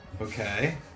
Okay